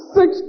six